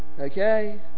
okay